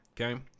Okay